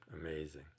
amazing